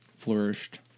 flourished